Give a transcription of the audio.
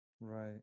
Right